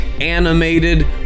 animated